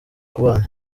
kubana